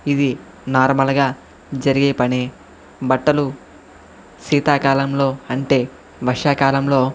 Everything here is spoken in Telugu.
ఇది నార్మల్గా జరిగే పని బట్టలు శీతాకాలంలో అంటే వర్షాకాలంలో